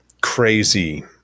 crazy